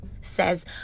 says